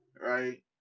right